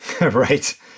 Right